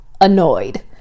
annoyed